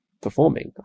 performing